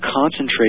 concentrate